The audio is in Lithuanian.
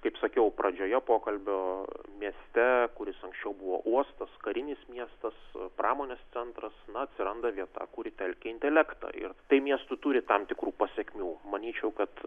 kaip sakiau pradžioje pokalbio mieste kuris anksčiau buvo uostas karinis miestas pramonės centras na atsiranda vieta kuri telkia intelektą ir tai miestui turi tam tikrų pasekmių manyčiau kad